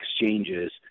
exchanges